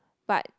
but